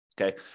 Okay